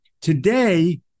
Today